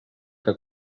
que